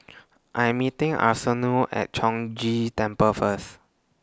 I'm meeting Arsenio At Chong Ghee Temple First